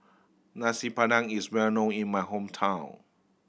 Nasi Padang is well known in my hometown